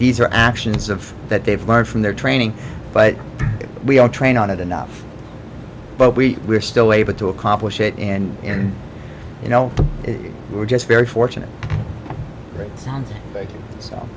these are actions of that they've learned from their training but we are trained on it enough but we're still able to accomplish it and you know we're just very fortunate